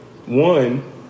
One